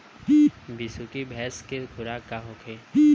बिसुखी भैंस के खुराक का होखे?